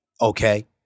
okay